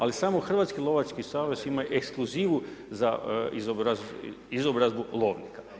Ali samo Hrvatski lovački savez ima ekskluzivu za izobrazbu lovnika.